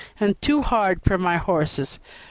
and too hard for my horses.